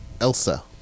Elsa